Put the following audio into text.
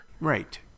Right